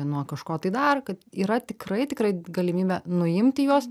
nuo kažko tai dar kad yra tikrai tikrai galimybė nuimti juos